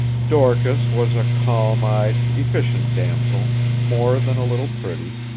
dorcas was a calm-eyed, efficient damsel, more than a little pretty,